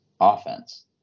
offense